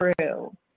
true